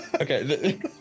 Okay